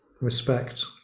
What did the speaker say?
respect